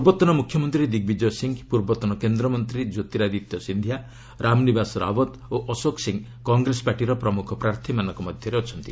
ପୂର୍ବତନ ମୁଖ୍ୟମନ୍ତ୍ରୀ ଦିଗ୍ବିଜୟ ସିଂହ ପୂର୍ବତନ କେନ୍ଦ୍ରମନ୍ତ୍ରୀ କ୍ୟୋତିରାଦିତ୍ୟ ସିନ୍ଧିଆ ରାମନିବାସ୍ ରାଓ୍ୱତ୍ ଓ ଅଶୋକ ସିଂହ କଂଗ୍ରେସ ପାର୍ଟିର ପ୍ରମୁଖ ପ୍ରାର୍ଥୀମାନଙ୍କ ମଧ୍ୟରେ ଅଛନ୍ତି